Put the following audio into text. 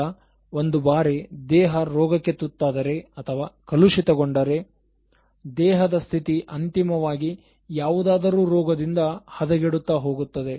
ಈಗ ಒಂದು ಬಾರಿ ದೇಹ ರೋಗಕ್ಕೆ ತುತ್ತಾದರೆ ಅಥವಾ ಕಲುಷಿತಗೊಂಡರೆ ದೇಹದ ಸ್ಥಿತಿ ಅಂತಿಮವಾಗಿ ಯಾವುದಾದರೂ ರೋಗದಿಂದ ಹದಗೆಡುತ್ತಾ ಹೋಗುತ್ತದೆ